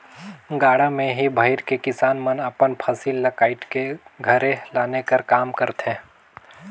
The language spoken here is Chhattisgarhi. गाड़ा मे ही भइर के किसान मन अपन फसिल ल काएट के घरे लाने कर काम करथे